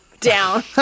down